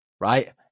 right